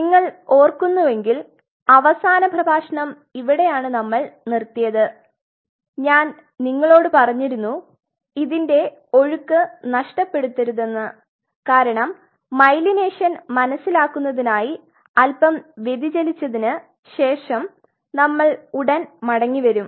നിങ്ങൾ ഓർക്കുന്നുവെങ്കിൽ അവസാന പ്രഭാഷണം ഇവിടെയാണ് നമ്മൾ നിർത്തിയത് ഞാൻ നിങ്ങളോട് പറഞ്ഞിരുന്നു ഇതിന്റെ ഒഴുക്ക് നഷ്ടപെടുത്തരുതെന്ന് കാരണം മൈലീനേഷൻ മനസിലാക്കുന്നത്തിനായി അൽപം വ്യതിചലിച്ചതിന് ശേഷം നമ്മൾ ഉടൻ മടങ്ങിവരും